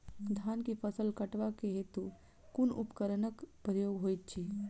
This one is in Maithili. धान केँ फसल कटवा केँ हेतु कुन उपकरणक प्रयोग होइत अछि?